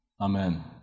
Amen